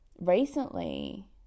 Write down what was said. recently